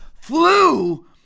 flu